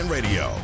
Radio